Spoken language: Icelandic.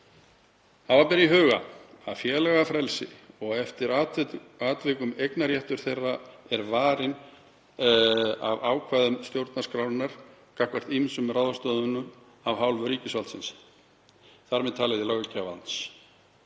„Hafa ber í huga að félagafrelsi og eftir atvikum eignarréttur þeirra er varinn af ákvæðum stjórnarskrárinnar gagnvart ýmsum ráðstöfunum af hálfu ríkisvaldsins, þar með talið löggjafans.